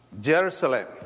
Jerusalem